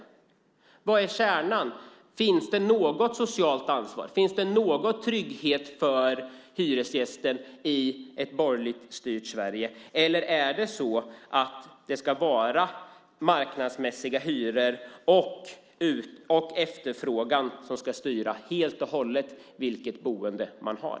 Vad är kärnan? Finns det något socialt ansvar? Finns det i ett borgerligt styrt Sverige någon trygghet för hyresgästen, eller är det marknadsmässiga hyror och efterfrågan som helt och hållet ska styra vilket boende man har?